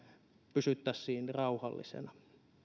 pysyttäisiin rauhallisena